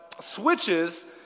switches